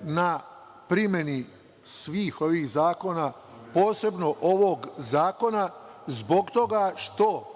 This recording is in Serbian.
na primeni svih ovih zakona, posebno ovog zakona, zbog toga što,